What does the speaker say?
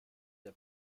der